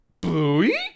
Bluey